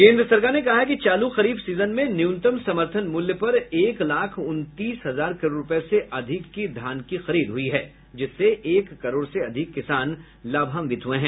केन्द्र सरकार ने कहा है कि चालू खरीफ सीजन में न्यूनतम समर्थन मूल्य पर एक लाख उनतीस हजार करोड़ रुपये से अधिक की धान की खरीद हुई है जिससे एक करोड़ से अधिक किसान लाभान्वित हुए हैं